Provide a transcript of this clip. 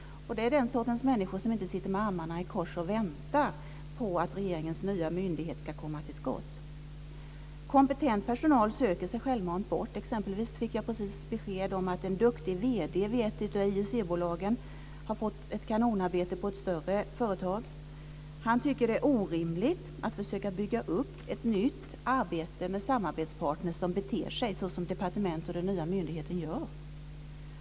Det är den sortens människor som inte sitter med armarna i kors och väntar på att regeringens nya myndighet ska komma till skott. Kompetent personal söker sig självmant bort. Jag fick t.ex. just besked om att en duktig vd vid ett av IUC-bolagen har fått ett kanonarbete på ett större företag. Han tycker att det är orimligt att försöka bygga upp ett nytt arbete med samarbetspartner som beter sig så som departementet och den nya myndigheten gör.